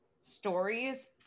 stories